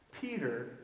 Peter